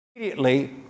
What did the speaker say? immediately